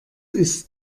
ist